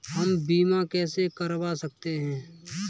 हम बीमा कैसे करवा सकते हैं?